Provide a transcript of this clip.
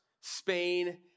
Spain